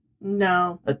No